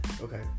okay